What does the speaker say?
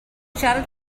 siarad